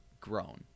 grown